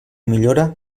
millora